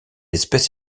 espèce